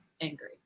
angry